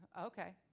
Okay